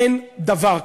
אין דבר כזה.